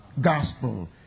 gospel